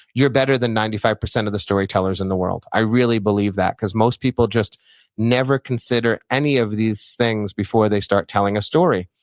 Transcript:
you're better than ninety five percent of the storytellers in the world. i really believe that, because most people just never consider any of these things before they start telling a story.